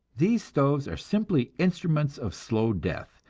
these stoves are simply instruments of slow death,